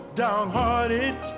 downhearted